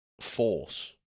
force